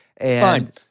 Fine